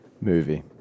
Movie